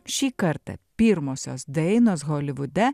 šį kartą pirmosios dainos holivude